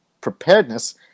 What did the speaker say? preparedness